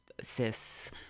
cis